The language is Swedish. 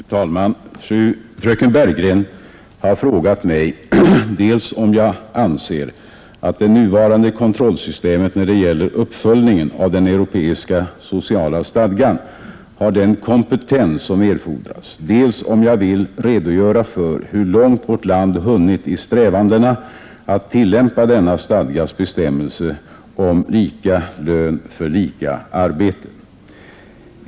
Fru talman! Fröken Bergegren har frågat mig dels om jag anser att det nuvarande kontrollsystemet när det gäller uppföljningen av den europeiska sociala stadgan har den kompetens som erfordras, dels om jag vill redogöra för hur långt vårt land hunnit i strävandena att tillämpa denna stadgas bestämmelse om lika lön för lika arbete.